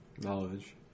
Knowledge